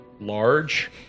large